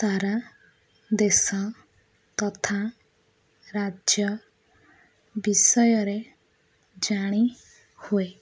ତାରା ଦେଶ ତଥା ରାଜ୍ୟ ବିଷୟରେ ଜାଣି ହୁଏ